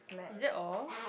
is that all